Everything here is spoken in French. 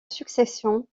succession